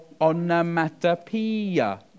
onomatopoeia